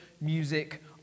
music